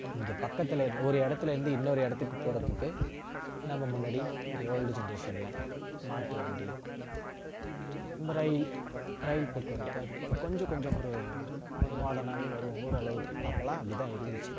இங்கே பக்கத்தில் இருந்த ஒரு இடத்துலேருந்து இன்னொரு இடத்துக்கு போகிறதுக்கு நம்ம முன்னாடி ஒரு ஓல்டு ஜென்ரேஷனில் மாட்டு வண்டி இந்த ரயில் ரயில் போக்குவரத்து அதுபோல கொஞ்ச கொஞ்சம் ஒரு மாடர்னாவே வரும் ஓரளவுக்கு அப்போலாம் அப்படி தான் இருந்துச்சு